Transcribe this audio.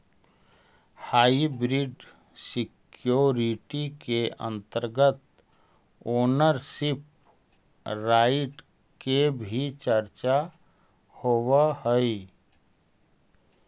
hybrid security के अंतर्गत ownership right के भी चर्चा होवऽ हइ